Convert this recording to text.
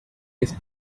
waste